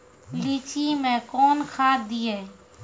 लीची मैं कौन खाद दिए?